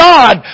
God